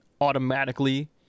automatically